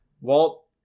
Walt